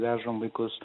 vežam vaikus